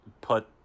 put